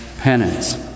penance